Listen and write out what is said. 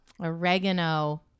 Oregano